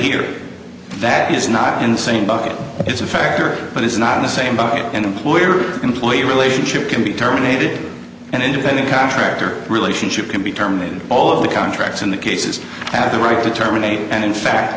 here that is not in the same bucket is a factor but it's not the same by an employer employee relationship can be terminated and independent contractor relationship can be terminated all the contracts in the cases have the right to terminate and in fact